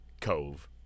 Cove